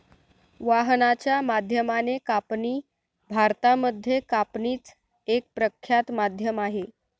वाहनाच्या माध्यमाने कापणी भारतामध्ये कापणीच एक प्रख्यात माध्यम आहे